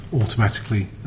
automatically